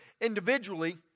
individually